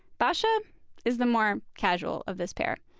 bacha is the more casual of this pair.